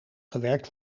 gewerkt